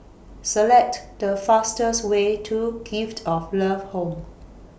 Select The fastest Way to Gift of Love Home